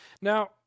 Now